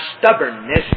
stubbornness